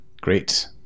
Great